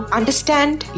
understand